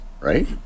right